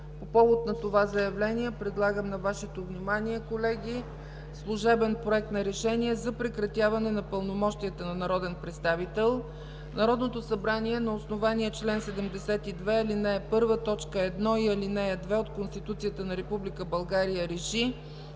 По повод на това заявление предлагам на Вашето внимание, колеги, служебен проект на „РЕШЕНИЕ за прекратяване на пълномощията на народен представител Народното събрание на основание чл. 79, ал. 1, т. 1 и ал. 2 от Конституцията на Република